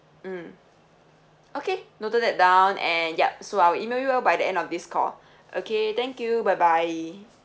mm okay noted that down and yup so I'll email you by the end of this call okay thank you bye bye